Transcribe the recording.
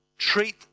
treat